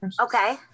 Okay